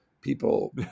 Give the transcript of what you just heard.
People